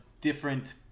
different